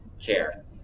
care